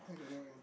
I don't know man